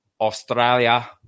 Australia